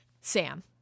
Sam